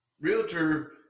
realtor